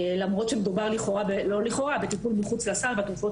למרות שמדובר בטיפול מחוץ לסל והתרופות